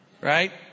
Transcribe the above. right